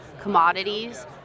commodities